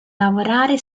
lavorare